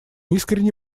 искренне